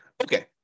Okay